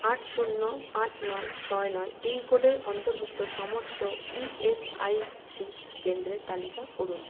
আট শূন্য পাঁচ নয় ছয় নয় পিনকোডের অন্তর্ভুক্ত সমস্ত ই এস আই সি কেন্দ্রের তালিকা করুন